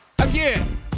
Again